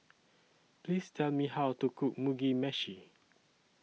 Please Tell Me How to Cook Mugi Meshi